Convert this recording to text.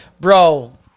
Bro